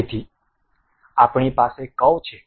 તેથી આપણી પાસે કર્વ છે